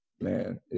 man